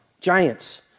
giants